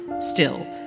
Still